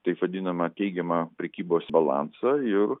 taip vadinamą teigiamą prekybos balansą ir